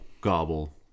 gobble